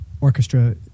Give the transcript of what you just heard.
orchestra